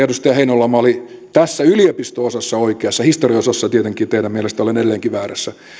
edustaja heinäluoma oli tässä yliopisto osassa oikeassa historiaosassa tietenkin teidän mielestänne olen edelleenkin väärässä